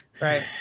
Right